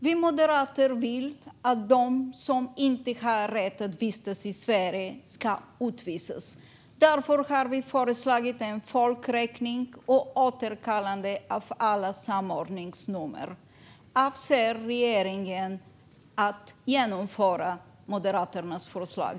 Vi moderater vill att de som inte har rätt att vistas i Sverige ska utvisas. Därför har vi föreslagit en folkräkning och återkallande av alla samordningsnummer. Avser regeringen att genomföra Moderaternas förslag?